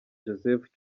joseph